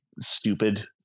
Stupid